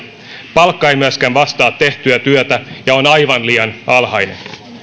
palkka ei myöskään vastaa tehtyä työtä ja on aivan liian alhainen